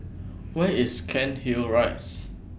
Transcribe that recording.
Where IS Cairnhill Rise